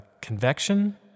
Convection